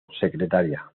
secretaria